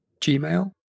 Gmail